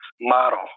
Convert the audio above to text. model